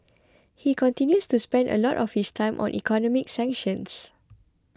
he continues to spend a lot of his time on economic sanctions